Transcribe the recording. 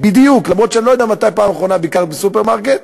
למרות שאני לא יודע מתי בפעם האחרונה ביקרת בסופרמרקט,